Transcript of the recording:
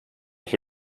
for